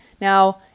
Now